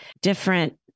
different